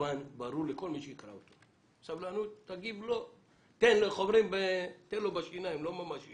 תרשום את ההערה שלך